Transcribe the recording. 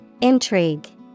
Intrigue